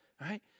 right